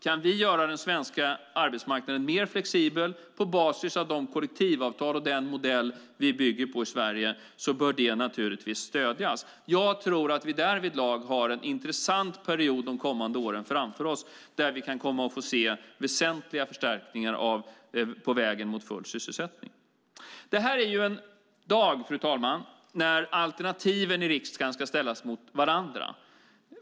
Kan vi göra den svenska arbetsmarknaden mer flexibel på basis av de kollektivavtal och den modell vi bygger på i Sverige bör det naturligtvis stödjas. Jag tror att vi därvidlag har en intressant period framför oss de kommande åren där vi kan komma att få se väsentliga förstärkningar på vägen mot full sysselsättning. Det här är ju en dag, fru talman, när alternativen i riksdagen ska ställas mot varandra.